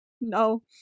No